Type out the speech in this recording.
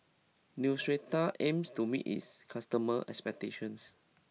Neostrata aims to meet its customers' expectations